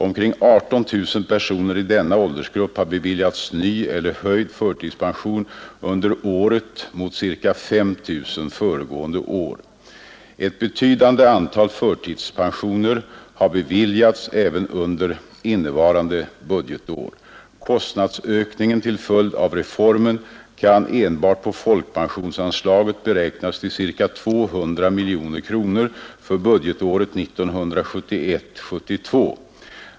Omkring 18 000 personer i denna åldersgrupp har beviljats ny eller höjd förtidspension under året mot ca 5 000 föregående är. Ett betydande antal förtidspensioner har beviljats även under innevarande budgetår. Kostnadsökningen till följd av reformen kan enbart på folkpensionsanslaget beräknas till ca 200 miljoner kronor för budgetåret 1971/72.